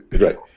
Right